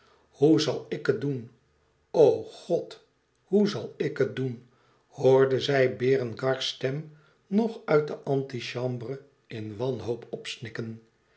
hoe zal ik het doen o god hoe zal ik het doen hoorde zij berengars stem nog uit de antichambre in wanhoop opsnikken